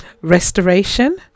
Restoration